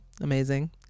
Amazing